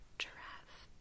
giraffe